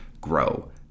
grow